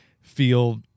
feel